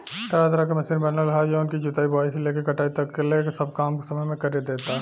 तरह तरह के मशीन बनल ह जवन की जुताई, बुआई से लेके कटाई तकले सब काम कम समय में करदेता